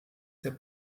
der